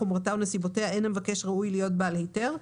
חומרתה או נסיבותיה אין המבקש ראוי להיות בעל היתר,